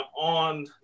on